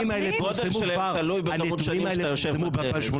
שלהם תלוי בכמות השנים שאתה יושב בכלא.